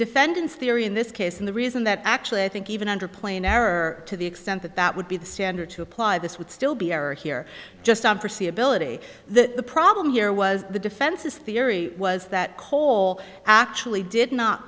defendant's theory in this case and the reason that actually i think even under play in error to the extent that that would be the standard to apply this would still be error here just on forsee ability that the problem here was the defense's theory was that cole actually did not